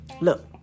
look